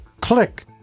click